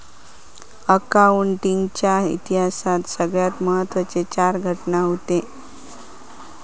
accounting च्या इतिहासात सगळ्यात महत्त्वाचे चार घटना हूते